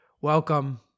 Welcome